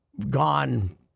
gone